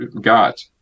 got